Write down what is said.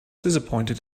disappointed